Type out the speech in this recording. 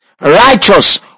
Righteous